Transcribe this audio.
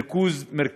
ריכוז מידע,